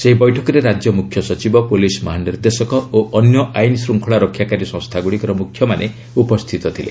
ସେହି ବୈଠକରେ ରାଜ୍ୟ ମୁଖ୍ୟ ସଚିବ ପୁଲିସ୍ ମହାନିର୍ଦ୍ଦେଶକ ଓ ଅନ୍ୟ ଆଇନର ଶୃଙ୍ଖଳା ରକ୍ଷାକାରୀ ସଂସ୍ଥାଗୁଡ଼ିକର ମୁଖ୍ୟମାନେ ଥିଲେ